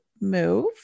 move